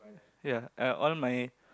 ya uh all my